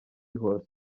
hose